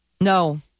No